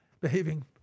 behaving